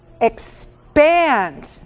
expand